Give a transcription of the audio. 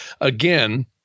again